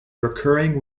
recurring